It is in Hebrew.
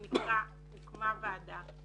הוקמה ועדה,